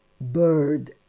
bird